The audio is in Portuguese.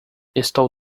estou